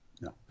No